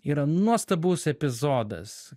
yra nuostabus epizodas